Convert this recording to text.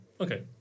Okay